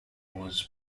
was